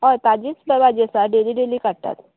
होय ताजीच सुद्दां भाजी आसा डेली डेली काडटात